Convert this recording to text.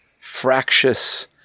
fractious